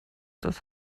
das